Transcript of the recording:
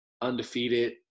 undefeated